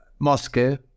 Moscow